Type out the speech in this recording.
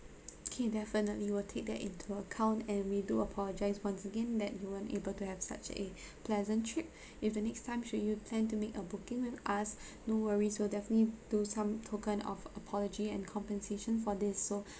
okay definitely we'll take that into account and we do apologise once again that you weren't able to have such a pleasant trip if the next time should you plan to make a booking with us no worries we'll definitely do some token of apology and compensation for this so